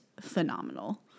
phenomenal